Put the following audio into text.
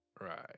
Right